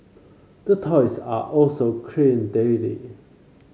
the toys are also cleaned daily